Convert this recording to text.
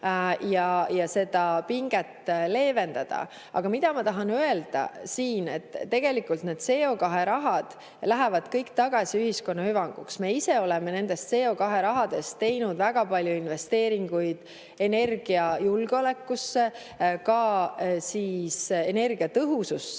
ja seda pinget leevendada. Aga mida ma tahan öelda siin, et tegelikult need CO2rahad lähevad kõik tagasi ühiskonna hüvanguks. Me ise oleme nendest CO2rahadest teinud väga palju investeeringuid energiajulgeolekusse, ka energiatõhususse.